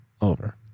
Over